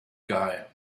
guy